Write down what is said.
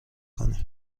کنی